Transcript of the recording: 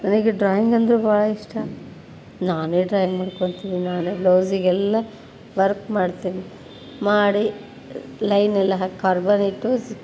ನನಗೆ ಡ್ರಾಯಿಂಗ್ ಅಂದರೆ ಭಾಳ ಇಷ್ಟ ನಾನೇ ಡ್ರಾಯಿಂಗ್ ಮಾಡ್ಕೊತೀನಿ ನಾನೇ ಬ್ಲೌಝಿಗೆಲ್ಲ ವರ್ಕ್ ಮಾಡ್ತೀನಿ ಮಾಡಿ ಲೈನೆಲ್ಲ ಹಾಕಿ ಕಾರ್ಬನ್ ಇಟ್ಟು